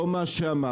לא מה שאמרתי.